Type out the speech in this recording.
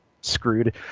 screwed